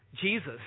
Jesus